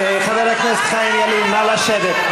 חבר הכנסת חיים ילין, נא לשבת.